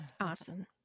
Awesome